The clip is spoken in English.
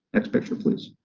next picture, please.